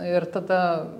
ir tada